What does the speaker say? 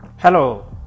Hello